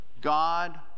God